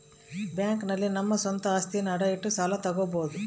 bank ನಲ್ಲಿ ನಮ್ಮ ಸ್ವಂತ ಅಸ್ತಿಯನ್ನ ಅಡ ಇಟ್ಟು ಸಾಲ ತಗೋಬೋದು